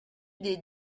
des